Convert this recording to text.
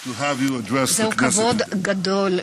to have you address the Knesset today.